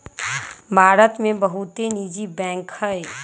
भारत में बहुते निजी बैंक हइ